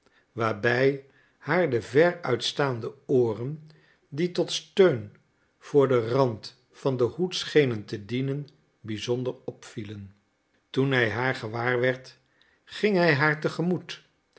waarbij haar de ver uitstaande ooren die tot steun voor den rand van den hoed schenen te dienen bizonder opvielen toen hij haar gewaar werd ging hij haar